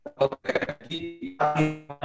Okay